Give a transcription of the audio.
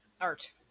art